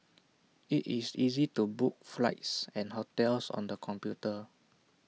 IT is easy to book flights and hotels on the computer